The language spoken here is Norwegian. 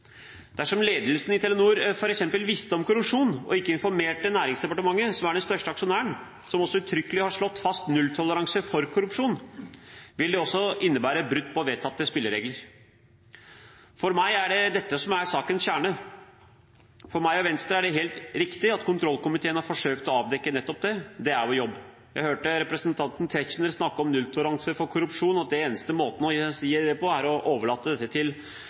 Dersom ledelsen i Telenor f.eks. visste om korrupsjon og ikke informerte Næringsdepartementet, som er den største aksjonæren, som også uttrykkelig har slått fast nulltoleranse for korrupsjon, vil det også innebære et brudd på vedtatte spilleregler. For meg er det dette som er sakens kjerne. For meg og Venstre er det helt riktig at kontrollkomiteen har forsøkt å avdekke nettopp det. Det er vår jobb. Jeg hørte representanten Tetzschner snakke om nulltoleranse for korrupsjon, at den eneste måten å gjøre det på er å overlate dette til